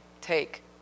take